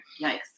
Nice